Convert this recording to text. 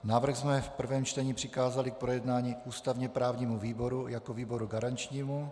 Návrh jsme v prvém čtení přikázali k projednání ústavněprávnímu výboru jako výboru garančnímu.